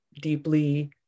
deeply